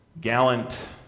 gallant